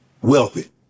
Wealthy